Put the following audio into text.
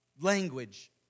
language